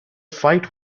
fight